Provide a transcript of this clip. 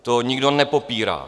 To nikdo nepopírá.